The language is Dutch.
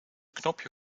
knopje